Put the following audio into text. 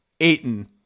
Aiton